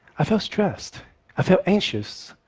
i felt stressed i felt anxious.